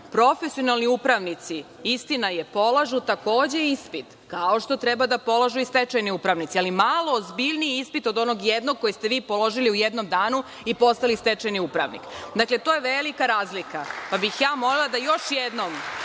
Profesionalni upravnici, istina je, polažu ispit, kao što treba da polažu i stečajni upravnici, ali malo ozbiljniji ispit od onog jednog koji ste vi položili u jednom danu i postali stečajni upravnik. Dakle, to je velika razlika, pa bih molila da još jednom